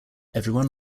everyone